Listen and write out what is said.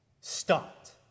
stopped